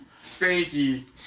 Spanky